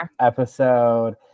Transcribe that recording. episode